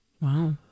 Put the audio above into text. Wow